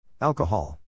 Alcohol